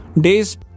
Days